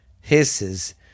hisses